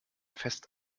fest